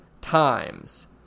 times